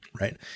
right